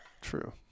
True